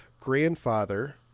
grandfather